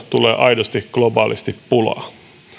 tulee aidosti globaalisti pulaa